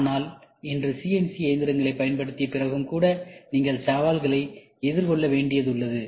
ஆனால் இன்று சிஎன்சி இயந்திரங்களைப் பயன்படுத்திய பிறகும் கூட நீங்கள் சவால்களைப் எதிர்கொள்ள வேண்டியது உள்ளது